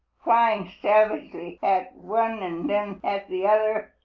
flying savagely at one and then at the other,